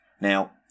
Now